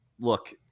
Look